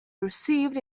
received